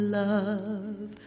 love